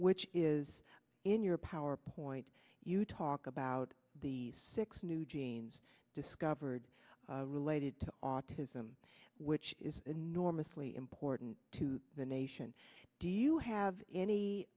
which is in your power point you talk about the six new genes discovered related to autism which is enormously important to the nation do you have any